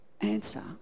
answer